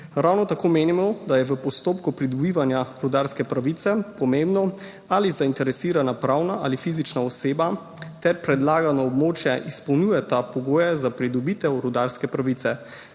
Ravno tako menimo, da je v postopku pridobivanja rudarske pravice pomembno ali zainteresirana pravna ali fizična oseba ter predlagano območje izpolnjujeta pogoje za pridobitev rudarske pravice.